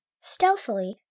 stealthily